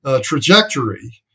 trajectory